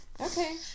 Okay